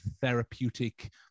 therapeutic